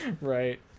right